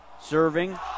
Serving